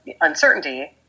uncertainty